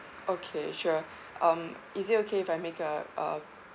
okay sure um is it okay if I make a um